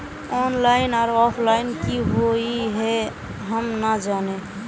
Online आर offline की हुई है हम ना जाने?